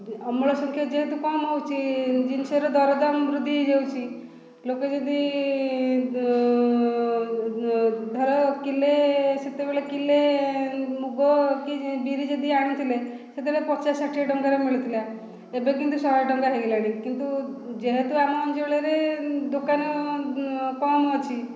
ଅମଳ ସଂଖ୍ୟା ଯେହେତୁ କମ୍ ହେଉଛି ଜିନିଷର ଦରଦାମ ବୃଦ୍ଧି ହୋଇଯାଉଛି ଲୋକେ ଯଦି ଧର କିଲେ ସେତେବେଳେ କିଲେ ମୁଗ କି ବିରି ଯଦି ଆଣୁଥିଲେ ସେତେବେଳେ ପଚାଶ ଷାଠିଏ ଟଙ୍କାରେ ମିଳୁଥିଲା ଏବେ କିନ୍ତୁ ଶହେ ଟଙ୍କା ହୋଇଗଲାଣି କିନ୍ତୁ ଯେହେତୁ ଆମ ଅଞ୍ଚଳରେ ଦୋକାନ କମ୍ ଅଛି